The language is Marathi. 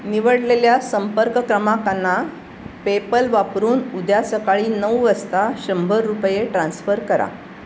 निवडलेल्या संपर्क क्रमाकांना पेपल वापरून उद्या सकाळी नऊ वाजता शंभर रुपये ट्रान्स्फर करा